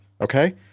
Okay